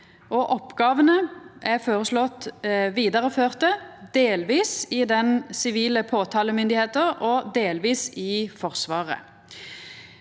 oppgåvene er føreslått vidareførte, delvis i den sivile påtalemyndigheita og delvis i Forsvaret.